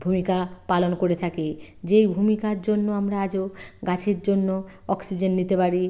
ভূমিকা পালন করে থাকে যেই ভূমিকার জন্য আমরা আজও গাছের জন্য অক্সিজেন নিতে পারি